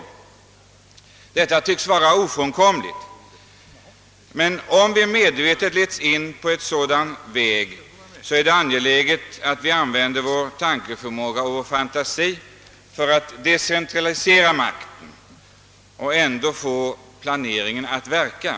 Detta tycks vara ofrånkomligt, men om; vi medvetet leds in på en sådan väg är det angeläget att vi använder vår tankeförmåga och fantasi för att decentralisera makten och ändå få planeringen att verka.